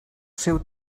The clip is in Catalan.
seu